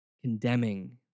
condemning